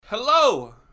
Hello